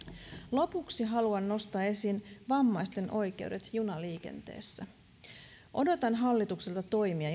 lopuksi haluan nostaa esiin vammaisten oikeudet junaliikenteessä odotan hallitukselta toimia